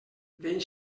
vent